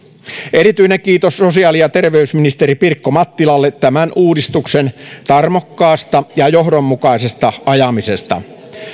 erityinen kiitos sosiaali ja terveysministeri pirkko mattilalle tämän uudistuksen tarmokkaasta ja johdonmukaisesta ajamisesta